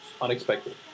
unexpected